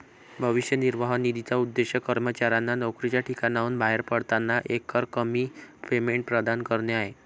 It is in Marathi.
भविष्य निर्वाह निधीचा उद्देश कर्मचाऱ्यांना नोकरीच्या ठिकाणाहून बाहेर पडताना एकरकमी पेमेंट प्रदान करणे आहे